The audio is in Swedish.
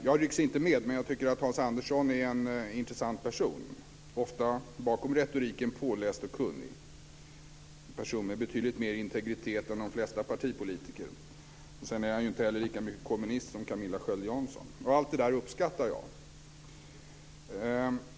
Jag rycks inte med, men jag tycker att Hans Andersson är en intressant person, ofta påläst och kunnig bakom retoriken, en person med betydligt mer integritet än de flesta partipolitiker. Sedan är han inte heller lika mycket kommunist som Camilla Sköld Jansson. Allt det där uppskattar jag.